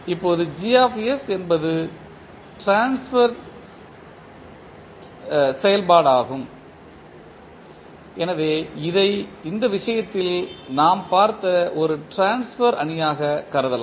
இப்போது என்பது ட்ரான்ஸ்பர்ச் செயல்பாடாகும் எனவே இதை இந்த விஷயத்தில் நாம் பார்த்த ஒரு ட்ரான்ஸ்பர் அணியாகக் கருதலாம்